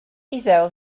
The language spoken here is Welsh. iddew